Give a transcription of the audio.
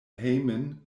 hejmen